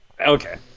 okay